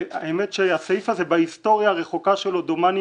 האמת שהסעיף הזה בהיסטוריה הרחוקה שלו דומני,